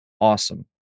awesome